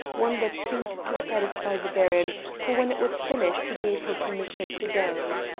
one that seemed to satisfy the baron, for when it was finished he gave her permission to go.